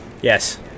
Yes